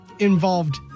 involved